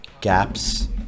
gaps